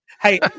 Hey